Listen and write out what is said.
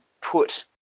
put